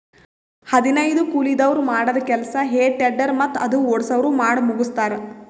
ಹದನೈದು ಕೂಲಿದವ್ರ್ ಮಾಡದ್ದ್ ಕೆಲ್ಸಾ ಹೆ ಟೆಡ್ಡರ್ ಮತ್ತ್ ಅದು ಓಡ್ಸವ್ರು ಮಾಡಮುಗಸ್ತಾರ್